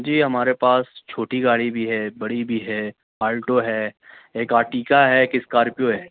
جی ہمارے پاس چھوٹی گاڑی بھی ہے بڑی بھی ہے آلٹو ہے ایک آرٹیگا ہے ایک اسکارپیو ہے